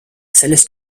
selles